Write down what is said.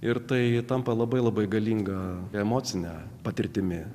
ir tai tampa labai labai galinga emocine patirtimi